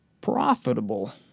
profitable